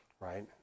right